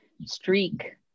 streak